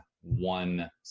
one